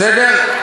בסדר?